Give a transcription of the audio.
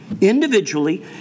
Individually